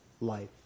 life